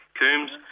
coombs